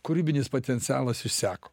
kūrybinis potencialas išseko